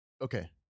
Okay